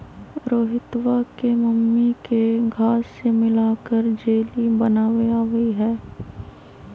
रोहितवा के मम्मी के घास्य मिलाकर जेली बनावे आवा हई